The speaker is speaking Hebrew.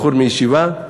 בחור מישיבה,